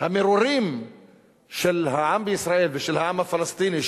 המרורים של העם בישראל ושל העם הפלסטיני,